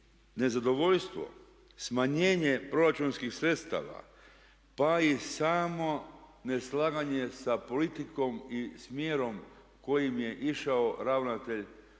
smanjenje proračunskih sredstava pa i samo neslaganje sa politikom i smjerom kojim je išao ravnatelj